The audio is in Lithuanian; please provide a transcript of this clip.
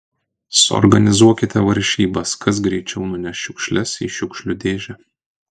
suorganizuokite varžybas kas greičiau nuneš šiukšles į šiukšlių dėžę